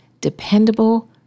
dependable